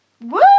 Woo